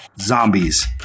Zombies